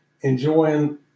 enjoying